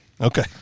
Okay